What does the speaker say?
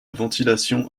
ventilation